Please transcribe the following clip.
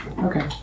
Okay